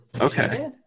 okay